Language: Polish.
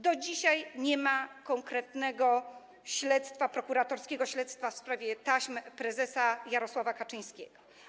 Do dzisiaj nie ma konkretnego prokuratorskiego śledztwa w sprawie taśm prezesa Jarosława Kaczyńskiego.